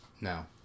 No